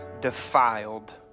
defiled